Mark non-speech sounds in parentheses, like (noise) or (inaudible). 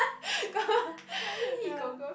(laughs) ya